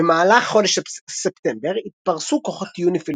במהלך חודש ספטמבר התפרסו כוחות יוניפי"ל